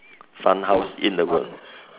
fun house in the world